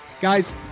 Guys